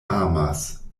amas